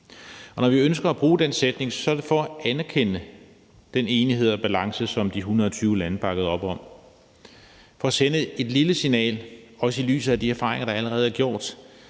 Når vi ønsker at bruge den sætning, er det for at anerkende den enighed og balance, som de 120 lande bakkede op om, og for at sende et lille signal – også i lyset af de erfaringer, der allerede er gjort